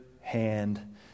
hand